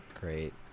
great